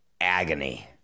Agony